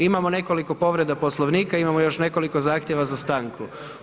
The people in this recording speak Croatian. Imamo nekoliko povreda Poslovnika, imamo još nekoliko zahtjeva za stanku.